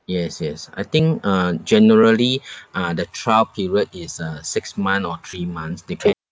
yes yes I think uh generally uh the trial period is uh six month or three months depen~